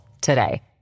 today